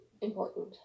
important